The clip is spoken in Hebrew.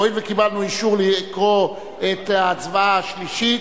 הואיל וקיבלנו אישור לקרוא את ההצבעה השלישית,